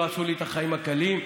לא עשו לי את החיים קלים.